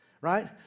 right